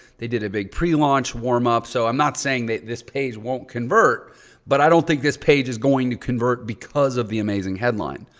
they did a big pre-launch warmup. so i'm not saying that this page won't convert but i don't think this page is going to convert because of the amazing headline.